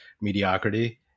mediocrity